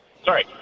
Sorry